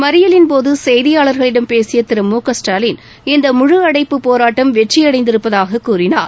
மறியலின்போது செய்தியாள்களிடம் பேசிய திரு முகஸ்டாலின் இந்த முழு அடைப்புப் போராட்டம் வெற்றியடைந்திருப்பதாகக் கூறினார்